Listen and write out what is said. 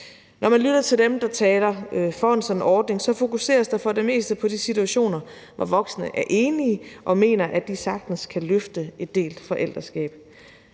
Når man lytter til dem, der taler for sådan en ordning, fokuseres der for det meste på de situationer, hvor voksne er enige og mener, at de sagtens kan løfte et delt forældreskab